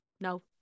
no